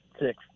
Six